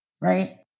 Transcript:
right